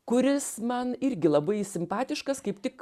kuris man irgi labai simpatiškas kaip tik